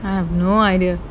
I have no idea